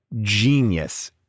genius